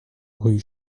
rue